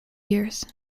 years